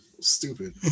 Stupid